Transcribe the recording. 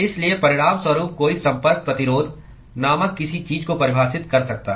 इसलिए परिणाम स्वरूप कोई संपर्क प्रतिरोध नामक किसी चीज़ को परिभाषित कर सकता है